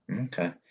Okay